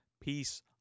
peace